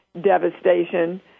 devastation